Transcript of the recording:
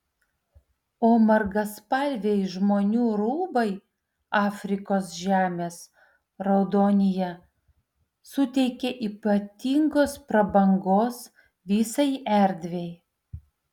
o margaspalviai žmonių rūbai afrikos žemės raudonyje suteikia ypatingos prabangos visai erdvei